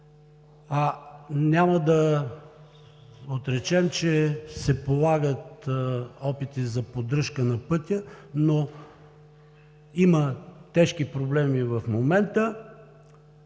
Няма да отречем, че се полагат опити за поддръжка на пътя, но има тежки проблеми в момента